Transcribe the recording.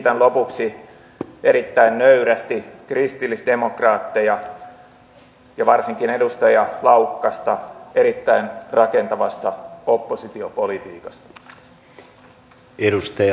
kiitän lopuksi erittäin nöyrästi kristillisdemokraatteja ja varsinkin edustaja laukkasta erittäin rakentavasta oppositiopolitiikasta